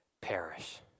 Perish